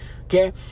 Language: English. Okay